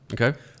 Okay